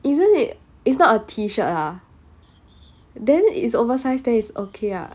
isn't it it's not a T-shirt ah then it's oversized sized then it's okay ah